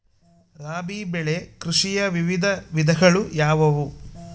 ರಾಬಿ ಬೆಳೆ ಕೃಷಿಯ ವಿವಿಧ ವಿಧಗಳು ಯಾವುವು?